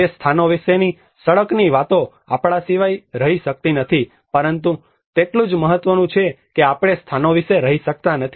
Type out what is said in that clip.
તે સ્થાનો વિશે સડકની વાતો આપણા સિવાય રહી શકતી નથી પરંતુ તેટલું જ મહત્વનું છે કે આપણે સ્થાનો વિના રહી શકતા નથી